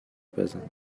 پزم